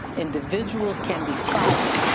individuals can be fired.